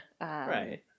right